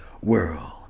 world